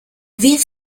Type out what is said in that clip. wie